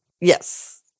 Yes